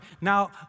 Now